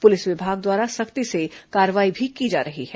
police विभाग द्वारा सख्ती से कार्यवाही भी की जा रही है